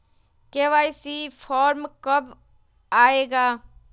KYC form कब आए गा?